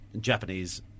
Japanese